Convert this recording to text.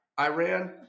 Iran